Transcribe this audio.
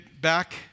back